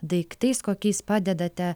daiktais kokiais padedate